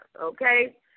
okay